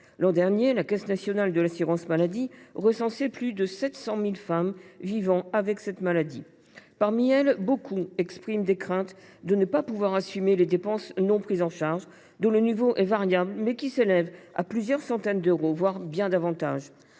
L’an dernier, la Caisse nationale de l’assurance maladie recensait plus de 700 000 femmes vivant avec cette maladie. Parmi elles, beaucoup expriment la crainte de ne pouvoir assumer les dépenses non prises en charge, dont le niveau est variable, mais qui s’élèvent à plusieurs centaines d’euros, voire bien davantage.